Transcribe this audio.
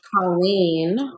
Colleen